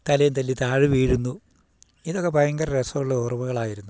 തലയും തല്ലി താഴ വീഴുന്നു ഇതൊക്കെ ഭയങ്കര രസമുള്ള ഓർമകളായിരുന്നു